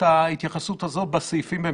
כשאנחנו משתמשים בסמכויות האלה לא לצורך